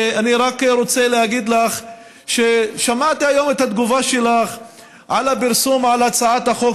ואני רק רוצה להגיד לך ששמעתי היום את התגובה שלך על הפרסום על הצעת החוק